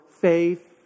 faith